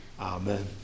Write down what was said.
Amen